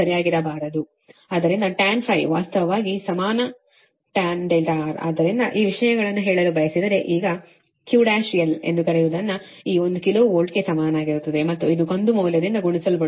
ಆದ್ದರಿಂದ tan ವಾಸ್ತವವಾಗಿ ಸಮಾನ tan R ಆದ್ದರಿಂದ ಈ ವಿಷಯವನ್ನು ಹೇಳಲು ಬಯಸಿದರೆ ಈಗ QL1 ಎಂದು ಕರೆಯುವದನ್ನು ಈ ಒಂದು ಕಿಲೋ ವೋಲ್ಟ್ಗೆ ಸಮನಾಗಿರುತ್ತದೆ ಮತ್ತು ಈ ಕಂದು ಮೌಲ್ಯದಿಂದ ಗುಣಿಸಲ್ಪಡುತ್ತದೆ